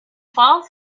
twelve